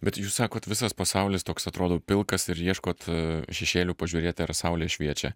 bet jūs sakot visas pasaulis toks atrodo pilkas ir ieškot šešėlių pažiūrėti ar saulė šviečia